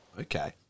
Okay